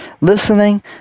listening